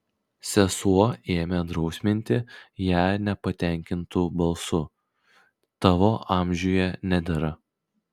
sesuo ėmė drausminti ją nepatenkintu balsu tavo amžiuje nedera